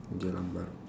Geylang-Bahru